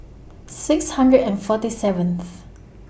six hundred and forty seventh